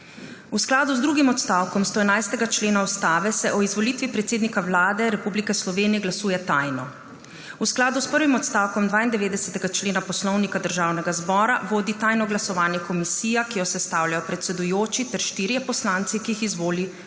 V skladu z drugim odstavkom 111. člena Ustave se o izvolitvi predsednika Vlade Republike Slovenije glasuje tajno. V skladu s prvim odstavkom 92. člena Poslovnika Državnega zbora vodi tajno glasovanje komisija, ki jo sestavljajo predsedujoči ter štirje poslanci, ki jih izvoli državni